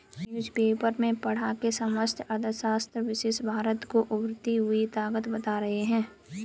newspaper में पढ़ा की समष्टि अर्थशास्त्र विशेषज्ञ भारत को उभरती हुई ताकत बता रहे हैं